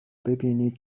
ببینید